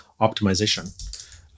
optimization